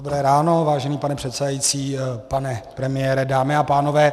Dobré ráno, vážený pane předsedající, pane premiére, dámy a pánové.